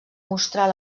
mostrar